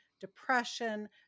depression